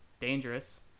dangerous